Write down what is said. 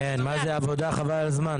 כן, מה זה עבודה, חבל על הזמן.